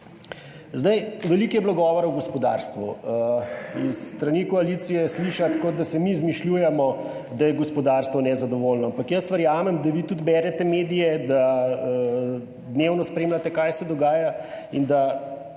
Veliko je bilo govora o gospodarstvu in s strani koalicije slišati, kot da si mi izmišljujemo, da je gospodarstvo nezadovoljno, ampak jaz verjamem, da vi tudi berete medije, da dnevno spremljate, kaj se dogaja.